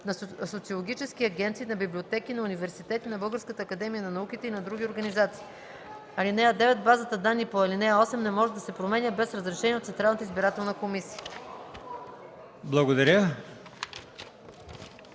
на социологически агенции, на библиотеки, на университети, на Българската академия на науките и на други организации. (9) Базата данни по ал. 8 не може да се променя без разрешение на Централната избирателна комисия.”